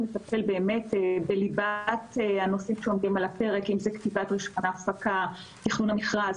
לטפל בליבת הנושאים שעומדים על הפרק --- תכנון מכרז,